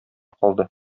калды